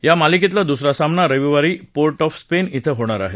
या मालिकेतला दूसरा सामना रविवारी पोर्ट ऑफ स्पेन इथं होणार आहे